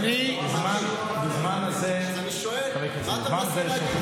בזמן הזה,